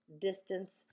distance